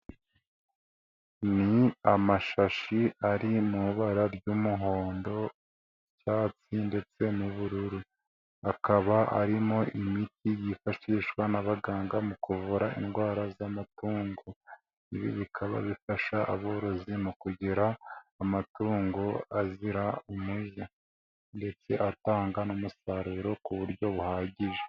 Ni amashashi ari mu ibara ry'umuhondo, icyatsi ndetse n'ubururu. Akaba arimo imiti yifashishwa n'abaganga mu kuvura indwara z'amatungo. Ibi bikaba bifasha aborozi mu kugira amatungo azira umuze ndetse atanga n'umusaruro ku buryo buhagije.